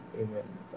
amen